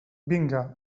vinga